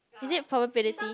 is it probability